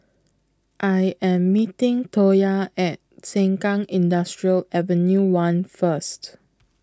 I Am meeting Toya At Sengkang Industrial Avenue one First